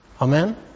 Amen